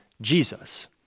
Jesus